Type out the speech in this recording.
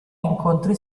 incontri